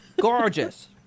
Gorgeous